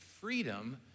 freedom